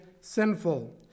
sinful